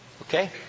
Okay